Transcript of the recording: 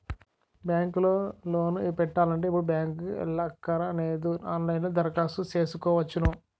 bank లో loan పెట్టాలంటే ఇప్పుడు బ్యాంకుకి ఎల్లక్కరనేదు ఆన్ లైన్ లో దరఖాస్తు సేసుకోవచ్చును